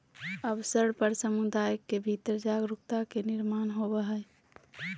अवसर पर समुदाय के भीतर जागरूकता के निर्माण होबय हइ